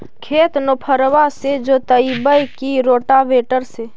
खेत नौफरबा से जोतइबै की रोटावेटर से?